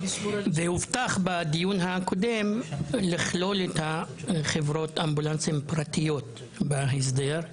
והובטח לכלול את חברות האמבולנסים הפרטיות בהסדר.